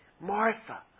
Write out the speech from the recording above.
Martha